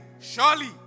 surely